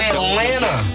Atlanta